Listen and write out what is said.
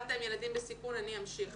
התחלת עם ילדים בסיכון, אני אמשיך.